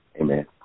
Amen